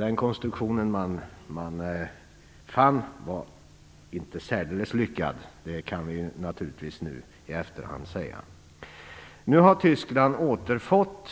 Den konstruktion man fann var inte särdeles lyckad. Det kan vi säga nu i efterhand. Nu har Tyskland återfått